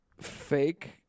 fake